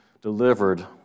delivered